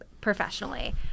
professionally